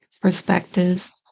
perspectives